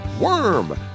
Worm